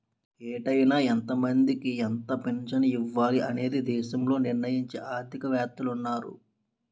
ఏటేటా ఎంతమందికి ఎంత పింఛను ఇవ్వాలి అనేది దేశంలో నిర్ణయించే ఆర్థిక వేత్తలున్నారు